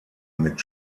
mit